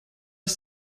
ist